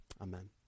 amen